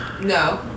No